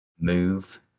move